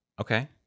okay